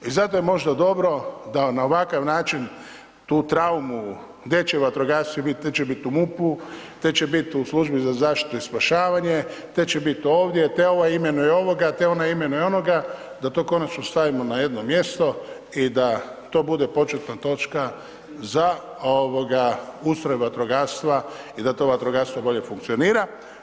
I zato je možda dobro da na ovakav način tu traumu gdje će vatrogasci bit, te će bit u MUP-u, te će bit u Službi za zaštitu i spašavanje, te će biti ovdje, te ovaj imenuje ovoga, te onaj imenuje onoga da to konačno stavimo na jedno mjesto i da to bude početna točka za ustroj vatrogastva i da to vatrogastvo bolje funkcionira.